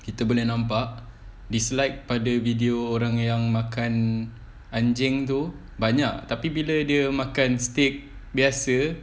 kita boleh nampak dislike pada video orang yang makan anjing tu banyak tapi bila dia makan steak biasa